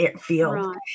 field